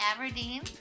Aberdeen